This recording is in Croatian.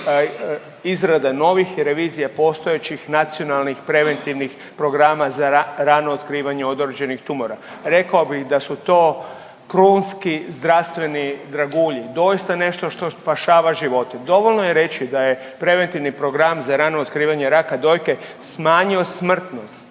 izrada novih i revizija postojećih nacionalnih preventivnih programa za rano otkrivanje određenih tumora. Rekao bih da su to krunski zdravstveni dragulji, doista nešto što spašava živote. Dovoljno je reći da je preventivni program za radno otkrivanje raka dojke smanjio smrtnost